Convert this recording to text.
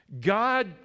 God